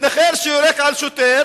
מתנחל שיורק על שוטר